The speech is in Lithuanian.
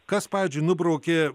kas pavyzdžiui nubraukė